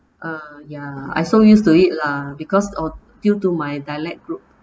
uh ya I so used to it lah because uh due to my dialect group